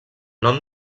nom